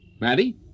Maddie